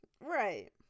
Right